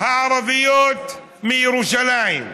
הערביות מירושלים,